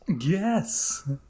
Yes